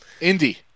Indy